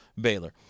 Baylor